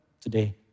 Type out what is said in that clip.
today